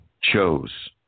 chose